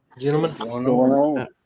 gentlemen